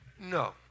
No